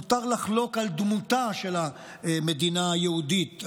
על דמותה של המדינה היהודית,